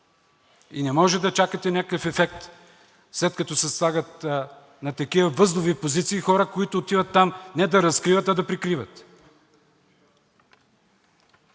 и не може да чакате някакъв ефект, след като се слагат на такива възлови позиции хора, които имат там не да разкриват, а да прикриват.